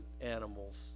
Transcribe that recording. animals